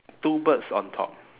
two birds on top